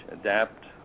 adapt